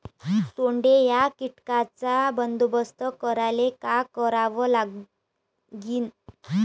सोंडे या कीटकांचा बंदोबस्त करायले का करावं लागीन?